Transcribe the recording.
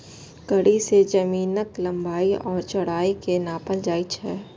कड़ी सं जमीनक लंबाइ आ चौड़ाइ कें नापल जाइ छै